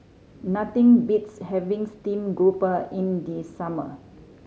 nothing beats having steamed grouper in the summer